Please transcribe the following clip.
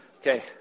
Okay